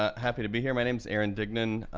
ah happy to be here, my name's aaron dignan,